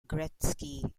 gretzky